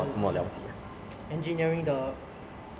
所以你你去 N_Y_P 有碰到他 lah